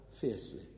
fiercely